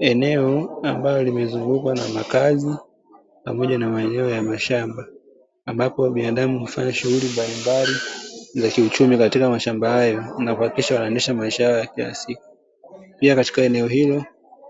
Eneo ambalo limezungukwa na makazi pamoja na maeneo ya mashamba, ambapo binadamu hufanya shughuli mbalimbali za kiuchumi katika mashamba hayo na kuhakikisha wanaendesha maisha yao ya kila siku. Pia katika eneo hilo